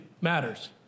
matters